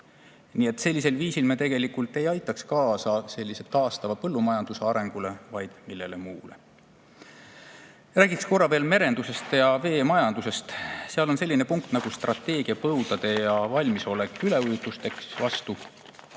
Nii et sellisel viisil me tegelikult ei aitaks kaasa mitte taastava põllumajanduse arengule, vaid millelegi muule. Räägiksin korra veel merendusest ja veemajandusest. Seal on selline punkt nagu strateegia põudade vastu ja valmisolek üleujutusteks.